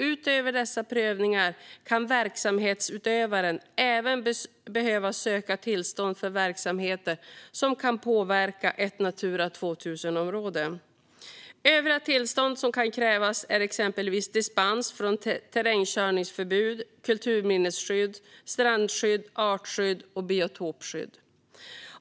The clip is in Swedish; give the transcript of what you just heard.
Utöver dessa prövningar kan verksamhetsutövaren även behöva söka tillstånd för verksamheter som kan påverka ett Natura 2000-område. Övriga tillstånd som kan krävas är exempelvis dispens från terrängkörningsförbud, kulturminnesskydd, strandskydd, artskydd och biotopskydd.